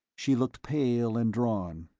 she looked pale and drawn.